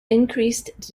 increased